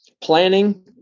planning